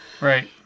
right